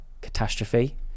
catastrophe